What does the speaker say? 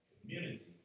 Community